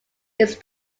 its